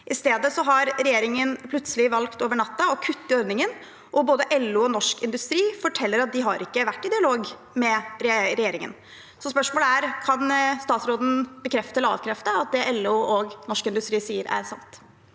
I stedet har regjeringen plutselig over natten valgt å kutte ordningen, og både LO og Norsk Industri forteller at de ikke har vært i dialog med regjeringen. Spørsmålet er: Kan statsråden bekrefte eller avkrefte at det LO og Norsk Industri sier, er sant?